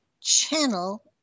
channel